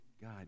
God